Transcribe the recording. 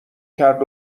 کرد